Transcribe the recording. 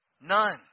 None